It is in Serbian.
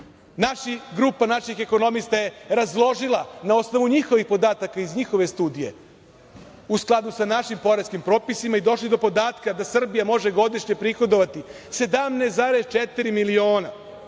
Naša grupa naših ekonomista je razložila na osnovu njihovih podataka iz njihove studije, u skladu sa našim poreskim propisima i došli do podatka da Srbija može godišnje prihodovati 17,4 miliona.